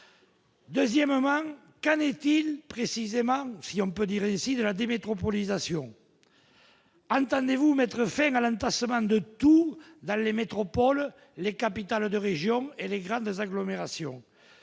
Deuxièmement, Cannes est-il précisément si on peut dire ici lundi métropolisation entendez-vous mettre fin à l'entassement de tout dans les métropoles les capitales de région et les grades des agglomérations